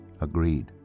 Agreed